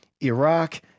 Iraq